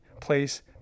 place